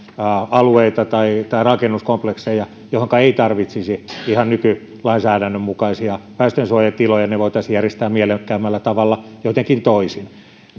alueita tai tai rakennuskomplekseja joihinka ei tarvittaisi ihan nykylainsäädännön mukaisia väestönsuojatiloja ne voitaisiin järjestää mielekkäämmällä tavalla jotenkin toisin